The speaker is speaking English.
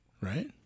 right